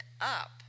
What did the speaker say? up